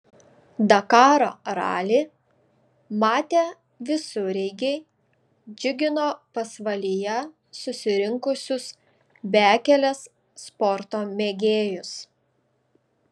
dakaro ralį matę visureigiai džiugino pasvalyje susirinkusius bekelės sporto mėgėjus